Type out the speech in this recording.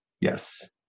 Yes